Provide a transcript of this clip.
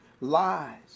lies